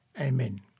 Amen